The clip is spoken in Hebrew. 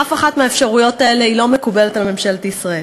אף אחת מהאפשרויות האלה אינה מקובלת על ממשלת ישראל.